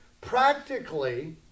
Practically